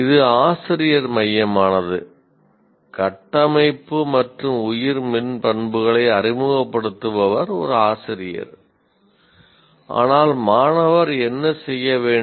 இது ஆசிரியர் மையமானது கட்டமைப்பு மற்றும் உயிர் மின் பண்புகளை அறிமுகப்படுத்துபவர் ஒரு ஆசிரியர் ஆனால் மாணவர் என்ன செய்ய வேண்டும்